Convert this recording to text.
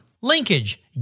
Linkage